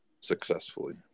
successfully